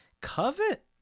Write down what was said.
Covet